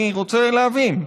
אני רוצה להבין.